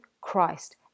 Christ